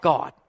God